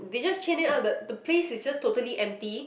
they just chain it up the the place is just totally empty